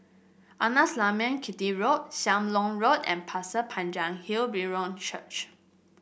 Arnasalam Chetty Road Sam Leong Road and Pasir Panjang Hill Brethren Church